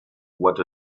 what